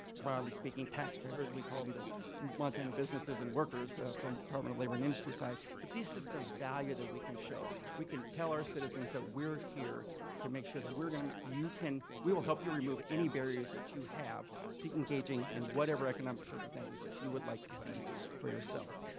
broadly speaking, taxpayers, we call them the montana businesses and workers from department of labor and industry side, but this is the value that we can show. we can tell our citizens that we're here to make sure that we're gonna, you can, we will help you remove any barriers that you have to engaging in whatever economic circumstance that you would like to see for yourself.